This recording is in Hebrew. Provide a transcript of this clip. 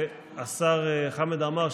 השר חמד עמאר,